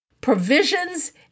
provisions